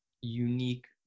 unique